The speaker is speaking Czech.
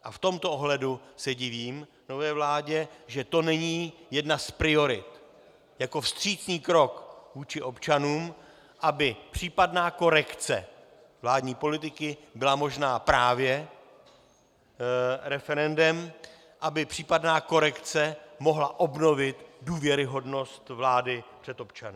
V tomto ohledu se divím nové vládě, že to není jedna z priorit jako vstřícný krok vůči občanům, aby případná korekce vládní politiky byla možná právě referendem, aby případná korekce mohla obnovit důvěryhodnost vlády před občany.